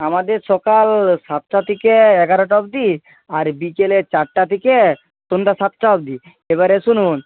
আমাদের সকাল সাতটা থেকে এগারোটা অবধি আর বিকেলে চারটা থেকে সন্ধ্যা সাতটা অবধি এবারে শুনুন